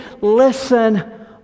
listen